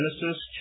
Genesis